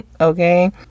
okay